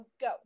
go